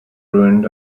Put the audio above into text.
ruined